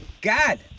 god